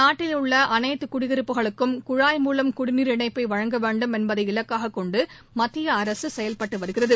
நாட்டில் உள்ள அனைத்து குடியிருப்புகளுக்கும் குழாய் மூலம் குடிநீர் இணைப்பை வழங்க வேண்டும் என்பதை இலக்காக கொண்டு மத்திய அரசு செயல்பட்டு வருகிறது